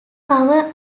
cover